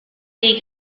dei